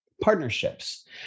partnerships